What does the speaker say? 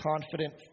confident